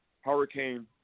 hurricane